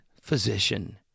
physician